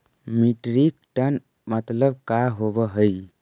Metric tonne मतलब का होव हइ?